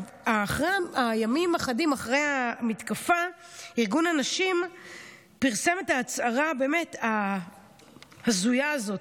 ימים אחדים אחרי המתקפה ארגון הנשים פרסם את ההצהרה הבאמת-הזויה הזאת,